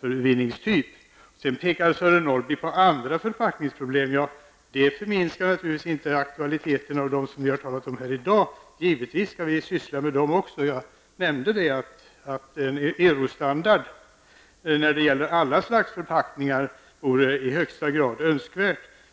återvinningstyp. Sedan pekade Sören Norrby på andra förpackningsproblem. Det förminskar naturligtvis inte aktualiteten av de problem vi talat om här i dag, men givetvis skall vi syssla också med dessa. Jag nämnde att en eurostandard när det gäller alla slags förpackningar vore i högsta grad önskvärd.